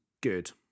good